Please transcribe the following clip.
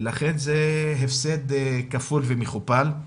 ולכן זה הפסד כפול ומכופל.